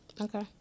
Okay